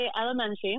elementary